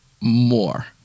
more